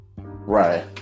right